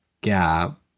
gap